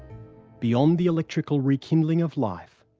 beyond the electrical rekindling of life,